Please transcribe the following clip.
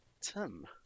tim